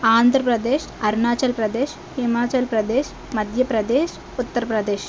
Andhra Pradesh Arunachal Pradesh Himachal Pradesh Madhya Pradesh Uttar Pradesh